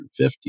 150